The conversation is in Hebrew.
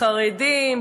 חרדים,